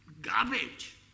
garbage